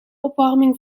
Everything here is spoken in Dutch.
opwarming